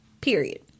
period